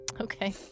Okay